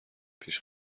پیش